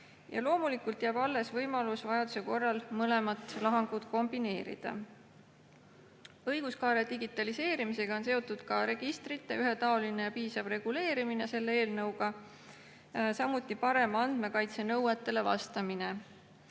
Ja loomulikult jääb alles võimalus vajaduse korral mõlemat lahangut kombineerida. Õiguskaare digitaliseerimisega on seotud ka registrite ühetaoline ja piisav reguleerimine selle eelnõuga, samuti parem andmekaitse nõuetele vastamine.